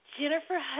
Jennifer